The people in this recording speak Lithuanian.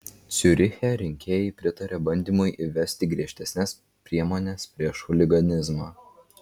ciuriche rinkėjai pritarė bandymui įvesti griežtesnes priemones prieš chuliganizmą